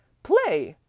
play!